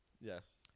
Yes